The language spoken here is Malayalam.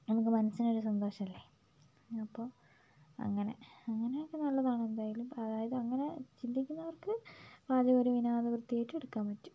നമുക്ക് മനസ്സിനൊരു സന്തോഷമല്ലേ അപ്പോൾ അങ്ങനെ അങ്ങനെയൊക്കെ നല്ലതാണ് എന്തായാലും അതായത് അങ്ങനെ ചിന്തിക്കുന്നവർക്ക് പാചകം ഒരു വിനോദവൃത്തിയായിട്ട് എടുക്കാൻ പറ്റും